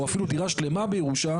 או אפילו דירה שלמה בירושה,